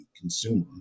consumer